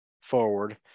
forward